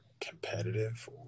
competitive